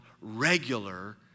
regular